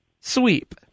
sweep